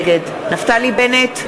נגד נפתלי בנט,